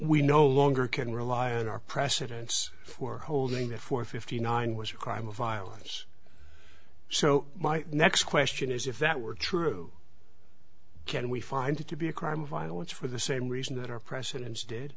we no longer can rely on our precedents for holding it for fifty nine was a crime of violence so my next question is if that were true can we find to be a crime of violence for the same reason that our presidents did